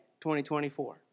2024